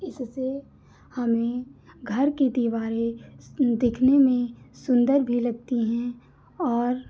इससे हमें घर की दीवारें दिखने में सुन्दर भी लगती हैं और